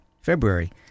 February